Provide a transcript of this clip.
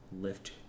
lift